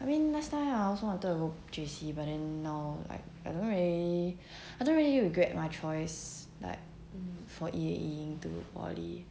I mean last time I also wanted to go J_C but then now like I don't really I don't really regret my choice like for to poly